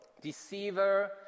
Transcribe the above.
Deceiver